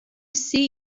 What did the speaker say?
see